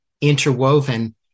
interwoven